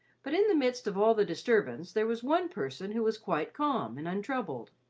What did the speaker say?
but in the midst of all the disturbance there was one person who was quite calm and untroubled.